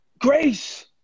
Grace